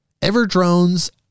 Everdrone's